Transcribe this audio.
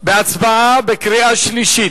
בקריאה שלישית.